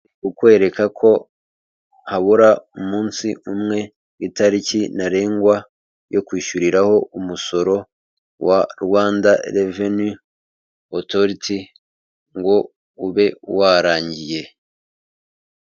Ukwereka ko habura umunsi umwe itariki ntarengwa yo kwishyuriraho umusoro wa Rwanda reveni otoriti ngo ube warangiye.